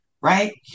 right